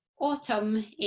autumn